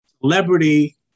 celebrity